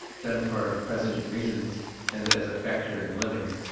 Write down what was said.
done for present reasons and as a factor in living,